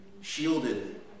shielded